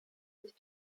sich